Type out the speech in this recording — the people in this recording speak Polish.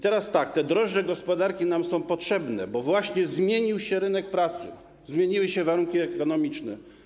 Teraz tak: te drożdże gospodarki są nam potrzebne, bo właśnie zmienił się rynek pracy, zmieniły się warunki ekonomiczne.